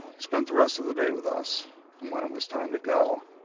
he spent the rest of the day with us and when it was time to go,